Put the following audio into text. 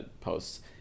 posts